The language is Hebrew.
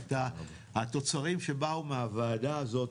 התוצרים שבאו מהוועדה הזאת